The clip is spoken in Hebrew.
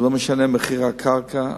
לא משנה מחיר הקרקע.